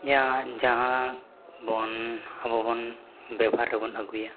ᱭᱟ ᱡᱟᱦᱟᱸ ᱵᱚᱱ ᱟᱵᱚᱵᱚᱱ ᱵᱮᱵᱚᱦᱟᱨ ᱨᱮᱵᱚᱱ ᱟᱹᱜᱩᱭᱟ